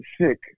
sick